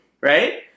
Right